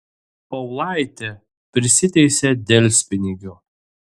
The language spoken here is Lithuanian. paulaitė prisiteisė delspinigių